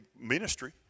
ministry